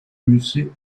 musset